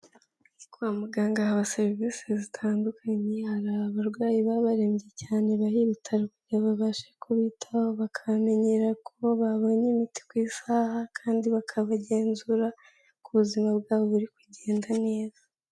Kwa muganga haba serivisi zitandukanye, hari abarwayi baba barembye cyane baha ibitaro kugira ngo bababashe kubitaho, bakamenyera ko babonye imiti ku isaha kandi bakabagenzura ko ubuzima bwabo buri kugenda neza.